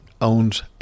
owns